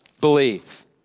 believe